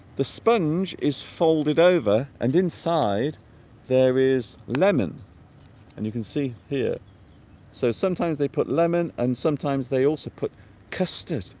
the sponge is folded over and inside there is lemon and you can see here so sometimes they put lemon and sometimes they also put custard